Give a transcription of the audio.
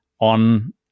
on